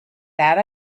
that